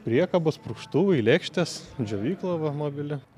priekabos purkštuvai lėkštės džiovykla va mobili